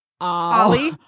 Ollie